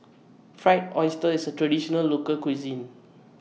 Fried Oyster IS A Traditional Local Cuisine